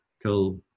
till